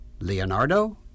Leonardo